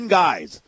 guys